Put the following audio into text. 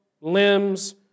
limbs